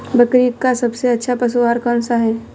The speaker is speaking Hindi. बकरी का सबसे अच्छा पशु आहार कौन सा है?